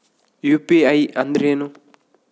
UPI ಅಂದ್ರೇನು?